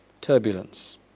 turbulence